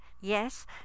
yes